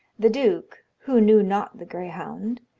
the duke, who knew not the grayhounde,